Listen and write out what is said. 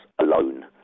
alone